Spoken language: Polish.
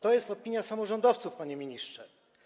To jest opinia samorządowców, panie ministrze.